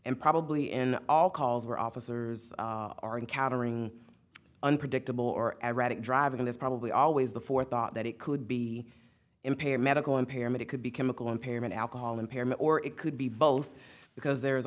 and probably end all calls were officers are encountering unpredictable or erratically driving this probably always the forethought that it could be impaired medical impairment it could be chemical impairment alcohol impairment or it could be both because there's